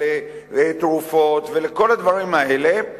ולתרופות ולכל הדברים האלה,